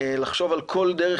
לחשוב על כל דרך